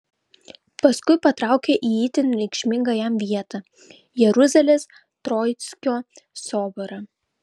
paskui patraukė į itin reikšmingą jam vietą jeruzalės troickio soborą